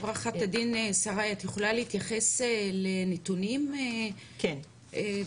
עו"ד שריי, את יכולה להתייחס לנתונים בבקשה?